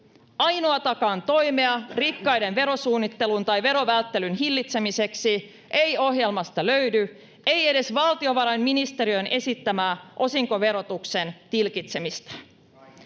Ainoatakaan toimea rikkaiden verosuunnittelun tai verovälttelyn hillitsemiseksi ei ohjelmasta löydy — ei edes valtiovarainministeriön esittämää osinkoverotuksen tilkitsemistä.